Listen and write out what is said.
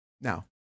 Now